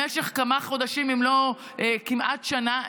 במשך כמה חודשים אם לא כמעט שנה.